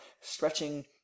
stretching